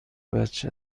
بچه